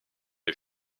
des